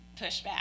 pushback